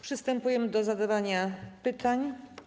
Przystępujemy do zadawania pytań.